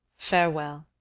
farewell.